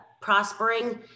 prospering